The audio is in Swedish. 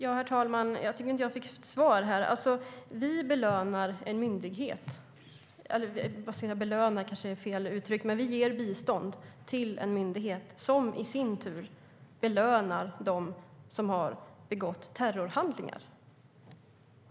Herr talman! Jag tycker inte att jag fick svar. Vi belönar alltså en myndighet - belönar kanske är fel uttryck, men vi ger bistånd till en myndighet som i sin tur belönar dem som har begått terrorhandlingar.